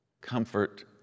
comfort